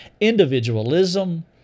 individualism